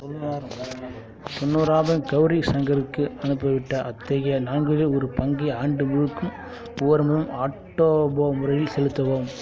தொண்ணூறாயிரம் தொண்ணூறாயிரம் கௌரி சங்கருக்கு அனுப்பிவிட்டு அத்தொகையின் நான்கில் ஒரு பங்கை ஆண்டு முழுக்க ஒவ்வொரு மாதம் ஆட்டோபோ முறையில் செலுத்தவும்